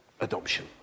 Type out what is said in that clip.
adoption